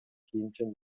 кийимчен